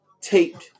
taped